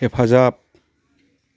हेफाजाब